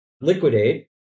liquidate